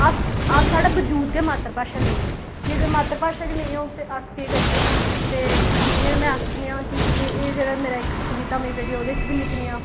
अस अस साढ़ा बजूद गै मात्तर भाशा लेई ऐ जेकर मात्तर भाशा गै नेईं होग ते अस केह् करगे ते जि'यां में आखनी आं कि एह् जेह्ड़ा मेरा इक कविता मेरी जेह्ड़ी ओह्दे च बी लिखनी आं